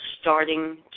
starting